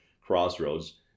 crossroads